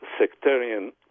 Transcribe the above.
sectarian